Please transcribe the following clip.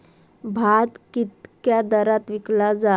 भात कित्क्या दरात विकला जा?